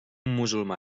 musulmà